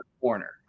corner